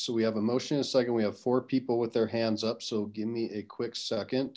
so we have a motion in a second we have four people with their hands up so give me a quick second